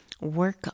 Work